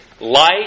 Light